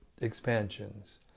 expansions